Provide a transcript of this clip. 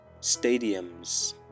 stadiums